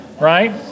right